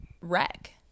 wreck